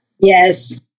Yes